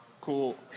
Cool